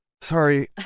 Sorry